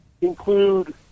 include